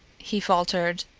he faltered.